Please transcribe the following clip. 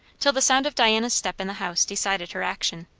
till the sound of diana's step in the house decided her action.